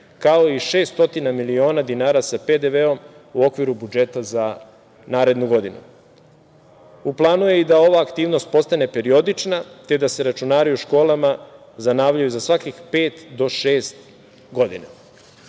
kao i 600 miliona dinara sa PDV-om u okviru budžeta za narednu godinu. U planu je i da ova aktivnost postane periodična, te da se računari u školama zanavljaju za svakih pet do šest godina.